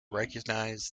recognized